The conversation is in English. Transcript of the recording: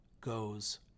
goes